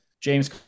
James